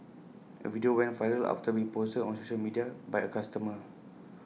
A video went viral after being posted on social media by A customer